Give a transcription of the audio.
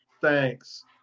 Thanks